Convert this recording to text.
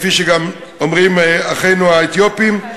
כפי שגם אומרים אחינו בני העדה האתיופית,